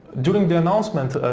during the announcement,